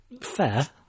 fair